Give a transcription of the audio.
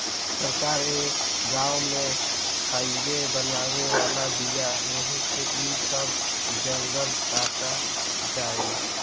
सरकार ए गाँव में हाइवे बनावे वाला बिया ऐही से इ सब जंगल कटा जाई